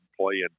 playing